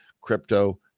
crypto